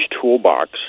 toolbox